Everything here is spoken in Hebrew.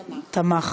הכנסת.